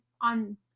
on